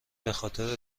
بخاطر